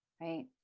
right